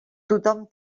tothom